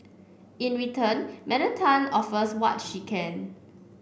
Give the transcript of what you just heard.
in return Madam Tan offers what she can